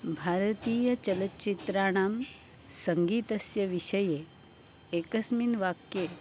भारतीय चलच्चित्राणां सङ्गीतस्य विषये एकस्मिन् वाक्ये